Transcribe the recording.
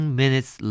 minutes